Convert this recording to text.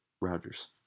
Rogers